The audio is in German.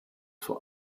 vor